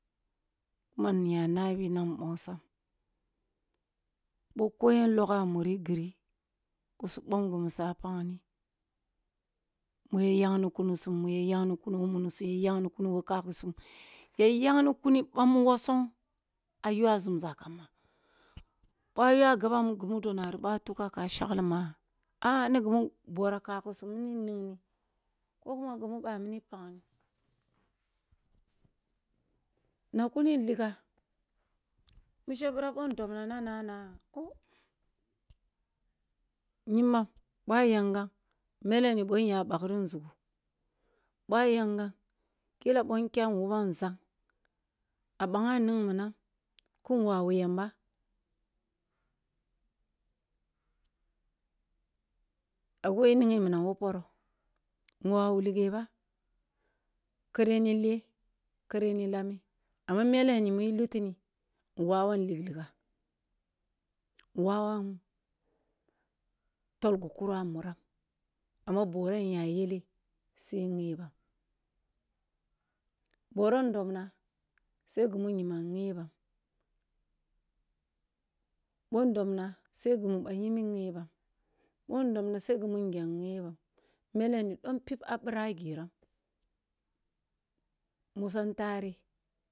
Mun ya nabi na mbongsam boh ko yen logoh a muri giri ku sub om gumi su paghni mu yaghni kunisum mu yaghni kuni mu mumsum, yaghni kuni kafgisum, yi yaghni kuni bamu wosong a yuwa zumza kam, ba boh a yuwa gaba gumu do nari boh a tugha a shagk ma a'a ni gimi borah kaghisum mini ninghni ko kuma gimi bamuna paghni. Na kui liga mishe birah boh ndobna nanah nyimbam bih a yank am mele nib oh nya baghri nzugu, boh a yankam kila boh nkyam wu bam nzang a ɓangha ningh minam ku nwawa y aba, a go i ninghe minam wa poro, in wawu lighe ba kare nil eh kase ni lameh amma mele nil eh kare ni lameh amma mele ni mu liti ni in wawam lig liga in wawam tol gu kuro a muram amma bore inya yel yele sai i nyebam, bora in dob na sai gumi nyiman nyebam boh ndobna sai gimi bah nyibi nyebam boh ndobnah sai gimi ngyam ngebam mele ni dompib a bira a giram, musam tere